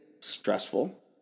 Stressful